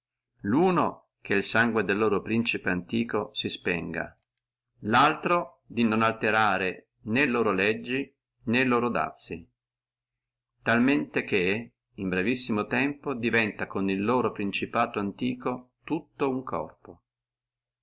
luno che il sangue del loro principe antiquo si spenga laltro di non alterare né loro legge né loro dazii talmente che in brevissimo tempo diventa con loro principato antiquo tutto uno corpo